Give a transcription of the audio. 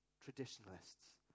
traditionalists